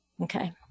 Okay